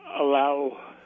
allow